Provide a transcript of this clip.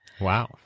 Wow